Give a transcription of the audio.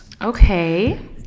okay